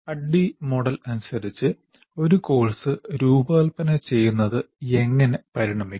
ADDIE model അനുസരിച്ച് ഒരു course രൂപകൽപ്പന ചെയ്യുന്നത് എങ്ങനെ പരിണമിക്കും